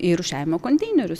į rūšiavimo konteinerius